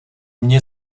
mně